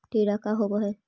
टीडा का होव हैं?